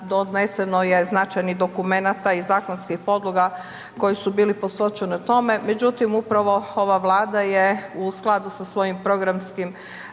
doneseno je značajnih dokumenata i zakonskih podloga, koji su bili …/Govornik se ne razumije./… tome, međutim, upravo ova vlada je u skladu sa svojim programskim,